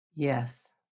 Yes